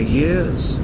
years